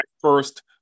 first